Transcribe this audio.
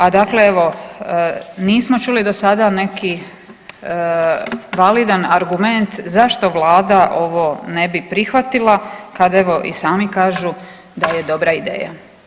A dakle evo nismo čuli do sada neki validan argument zašto Vlada ovo ne bi prihvatila kada evo i sami kažu da je dobra ideja.